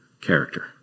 character